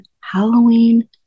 Halloween